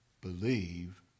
Believe